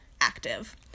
active